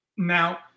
Now